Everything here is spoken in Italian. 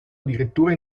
addirittura